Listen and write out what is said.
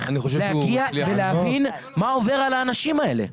להגיע ולהבין מה עובר על האנשים האלה.